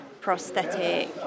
prosthetic